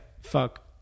Fuck